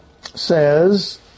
says